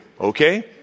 okay